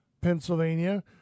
Pennsylvania